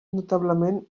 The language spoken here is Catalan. notablement